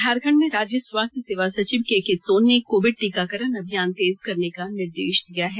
झारखंड में राज्य स्वास्थ्य सेवा सचिव के के सोन ने कोविड टीकाकरण अभियान तेज करने का निर्देश दिया है